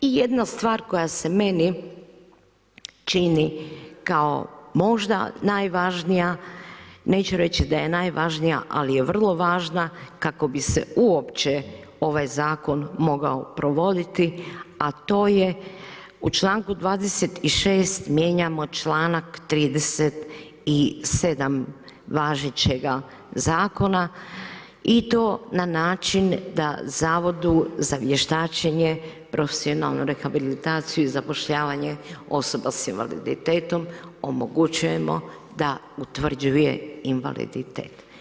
I jedna stvar koja se meni čini, kao, možda najvažnija, neću reći da je najvažnija, ali je vrlo važna, kako bi se uopće ovaj zakon mogao provoditi, a to je u čl. 26. mijenjamo članak 37. važećega zakona i to na način, da Zavodu za vještačenje profesionalnu rehabilitaciju i zapošljavanje osoba s invaliditetom, omogućujemo da utvrđuje invaliditet.